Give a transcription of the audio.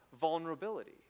vulnerability